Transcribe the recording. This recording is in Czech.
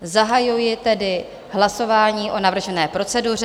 Zahajuji tedy hlasování o navržené proceduře.